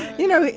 you know,